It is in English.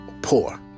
poor